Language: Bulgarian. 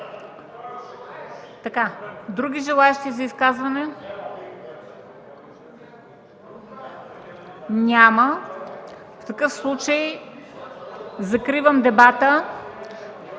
Други желаещи за изказвания? Няма. В такъв случай закривам дебата.